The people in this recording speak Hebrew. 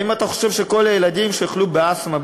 האם אתה חושב שכל הילדים שיחלו באסתמה,